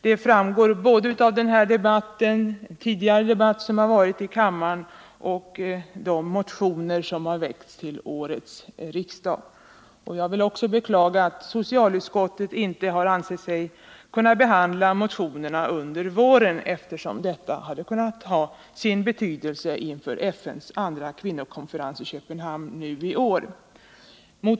Detta framgår bl.a. av denna och tidigare debatter här i kammaren och av de motioner som har väckts till årets riksmöte. Också jag vill beklaga att socialutskottet inte har ansett sig kunna behandla motionerna under våren. Detta kunde nämligen ha betydelse med hänsyn till FN:s andra kvinnokonferens i Köpenhamn i år.